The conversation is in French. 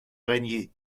régné